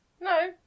No